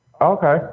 Okay